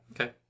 okay